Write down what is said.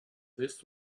this